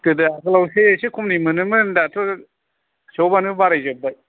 गोदो आगोलावसो एसे खमनि मोनोमोन दाथ सबानो बारायजोबबाय